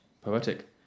Poetic